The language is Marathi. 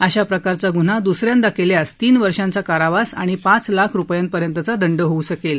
अशा प्रकारचा गुन्हा द्स यांदा केल्यास तीन वर्षांचा कारावास आणि पाच लाख रुपयांपर्यंतचा दंड होऊ शकेल